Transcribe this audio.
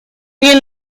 bien